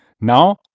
now